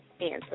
answer